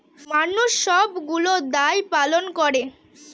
মানুষ সবগুলো দায় পালন করে